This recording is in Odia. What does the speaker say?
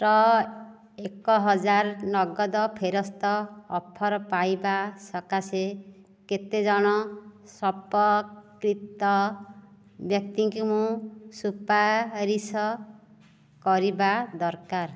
ଟ ଏକ ହଜାର ନଗଦ ଫେରସ୍ତ ଅଫର ପାଇବା ସକାଶେ କେତେଜଣ ସମ୍ପର୍କିତ ବ୍ୟକ୍ତିଙ୍କୁ ମୁଁ ସୁପାରିଶ କରିବା ଦରକାର